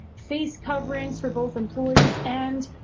face coverings, for both employees and